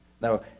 Now